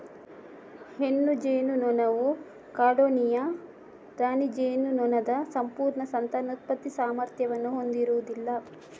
ಹೆಣ್ಣು ಜೇನುನೊಣವು ಕಾಲೋನಿಯ ರಾಣಿ ಜೇನುನೊಣದ ಸಂಪೂರ್ಣ ಸಂತಾನೋತ್ಪತ್ತಿ ಸಾಮರ್ಥ್ಯವನ್ನು ಹೊಂದಿರುವುದಿಲ್ಲ